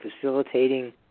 facilitating